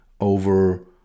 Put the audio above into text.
over